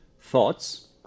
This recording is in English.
thoughts